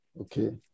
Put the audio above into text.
Okay